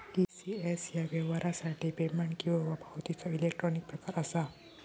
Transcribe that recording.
ECS ह्या व्यवहारासाठी payment किंवा पावतीचो इलेक्ट्रॉनिक प्रकार असा